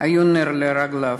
היו נר לרגליו.